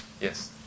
yes